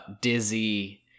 dizzy